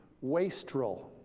wastrel